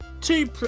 two